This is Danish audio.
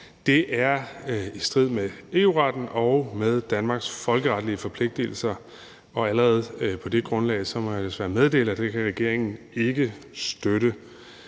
Det er i strid med EU-retten og med Danmarks folkeretlige forpligtelser, og allerede på det grundlag må jeg desværre meddele, at det kan regeringen ikke støtte.